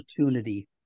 opportunity